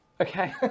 Okay